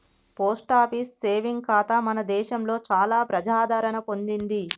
post office saving ఖాతా మన దేశంలో చాలా ప్రజాదరణ పొందింది